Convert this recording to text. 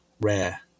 rare